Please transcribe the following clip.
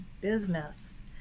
business